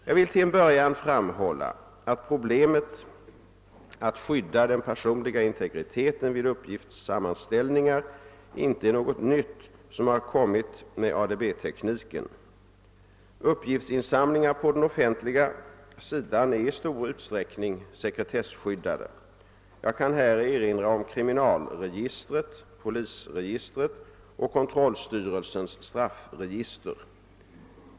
Jag vill till en början framhålla att problemet att skydda den personliga integriteten vid uppgiftssammanställningar inte är något nytt som har kommit med ADB-tekniken. Uppgiftsinsamlingar på den offentliga sidan är i stor utsträckning sekretesskyddade. Jag kan här erinra om kriminalregistret, polisregistret och kontrollstyrelsens straffregister.